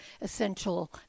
essential